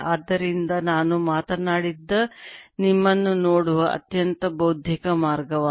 ಆದ್ದರಿಂದ ನಾನು ಮಾತನಾಡಿದ್ದ ನಿಮ್ಮನ್ನು ನೋಡುವ ಅತ್ಯಂತ ಬೌದ್ಧಿಕ ಮಾರ್ಗವಾಗಿದೆ